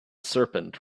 serpent